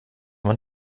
man